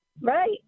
Right